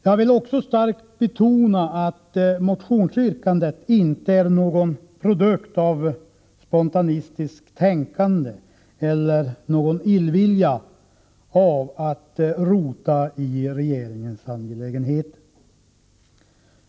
Jag vill också starkt betona att motionsyrkandet inte är någon produkt av spontanistiskt tänkande eller av någon illvilja att rota i regeringens angelägenheter.